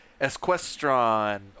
Esquestron